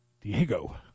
Diego